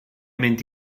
mynd